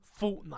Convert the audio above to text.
Fortnite